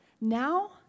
Now